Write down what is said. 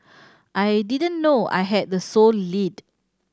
I didn't know I had the sole lead